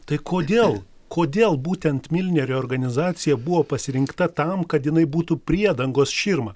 tai kodėl kodėl būtent milnerio reorganizacija buvo pasirinkta tam kad jinai būtų priedangos širma